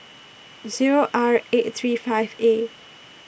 Zero R eight three five A